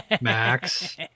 Max